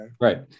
Right